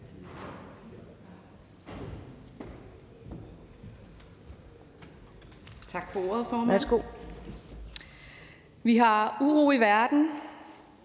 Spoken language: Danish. Tak for ordet, formand. Vi har uro i verden,